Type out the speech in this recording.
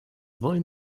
wollen